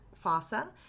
fossa